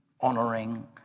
honoring